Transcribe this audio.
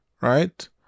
Right